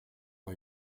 rue